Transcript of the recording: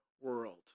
world